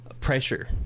pressure